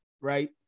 right